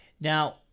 Now